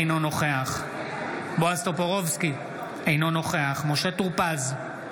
אינו נוכח בועז טופורובסקי, אינו נוכח משה טור פז,